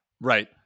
Right